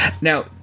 now